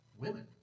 women